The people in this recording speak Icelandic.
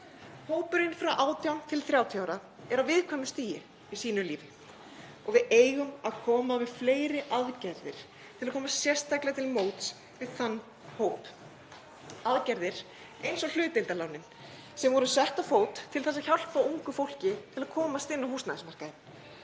Hópurinn frá 18–30 ára er á viðkvæmu stigi í sínu lífi og við eigum að koma með fleiri aðgerðir sem koma sérstaklega til móts við þann hóp, aðgerðir eins og hlutdeildarlánin sem voru sett á fót til þess að hjálpa ungu fólki til að komast inn á húsnæðismarkaðinn.